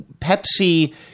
Pepsi